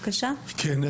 כן,